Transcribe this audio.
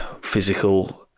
physical